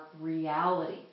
reality